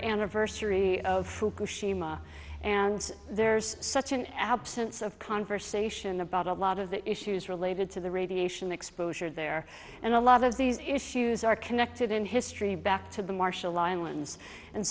anniversary of fukushima and there's such an absence of conversation about a lot of the issues related to the radiation exposure there and a lot of these issues are connected in history back to the marshall islands and